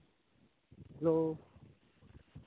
hello